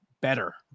better